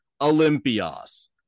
Olympias